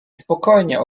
spokojnie